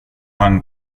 han